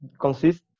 consists